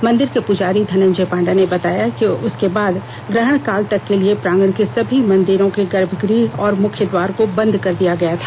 मंदिर के पूजारी धनंजय पांडा ने बताया कि उसके बाद ग्रहणकाल तक के लिए प्रांगण के सभी मंदिरों के गर्भगृह और मुख्य द्वार को बंद कर दिया गया था